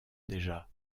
déjà